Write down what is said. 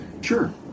sure